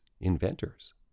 inventors